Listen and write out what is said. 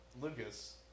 Lucas